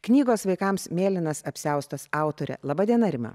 knygos vaikams mėlynas apsiaustas autorė laba diena rima